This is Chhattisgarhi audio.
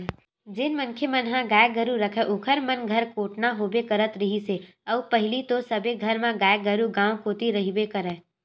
जेन मनखे मन ह गाय गरु राखय ओखर मन घर कोटना होबे करत रिहिस हे अउ पहिली तो सबे घर म गाय गरु गाँव कोती रहिबे करय